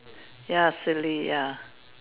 ya silly ya